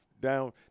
down